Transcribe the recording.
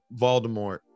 Voldemort